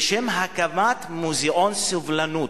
בשם הקמת מוזיאון סובלנות.